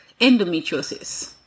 endometriosis